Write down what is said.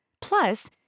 Plus